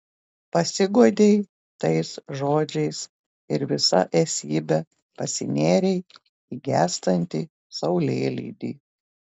pasiguodei tais žodžiais ir visa esybe pasinėrei į gęstantį saulėlydį